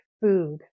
food